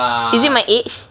is it my age